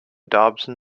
dobson